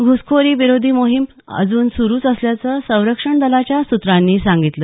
घुसखोरीविरोधी मोहीम अजून सुरुच असल्याचं संरक्षण दलाच्या सूत्रांनी सांगितलं